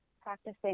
practicing